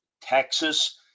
Texas